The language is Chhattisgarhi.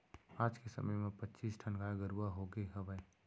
आज के समे म पच्चीस ठन गाय गरूवा होगे हवय